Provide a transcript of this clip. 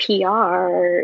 PR